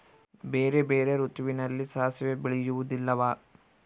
ಬೇರೆ ಬೇರೆ ಋತುವಿನಲ್ಲಿ ಸಾಸಿವೆ ಬೆಳೆಯುವುದಿಲ್ಲವಾ?